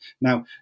Now